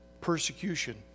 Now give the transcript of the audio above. Persecution